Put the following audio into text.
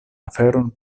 aferon